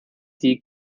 die